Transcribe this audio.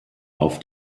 auf